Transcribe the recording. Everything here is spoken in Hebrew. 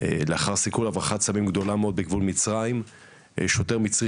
לאחר סיכול הברחת סמים גדולה מאוד בגבול מצרים - שוטר מצרי